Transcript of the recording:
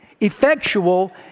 effectual